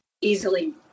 Easily